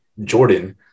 Jordan –